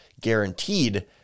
guaranteed